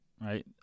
right